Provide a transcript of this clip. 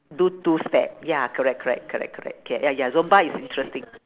do two step ya correct correct correct correct K ya ya zumba is interesting